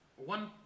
One